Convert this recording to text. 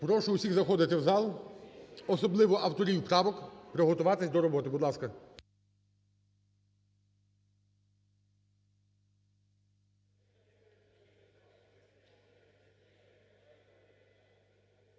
Прошу всіх заходити в зал, особливо авторів правок, приготуватись до роботи, будь ласка.